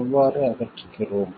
எவ்வாறு அகற்றுகிறோம்